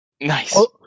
Nice